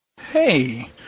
Hey